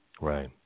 Right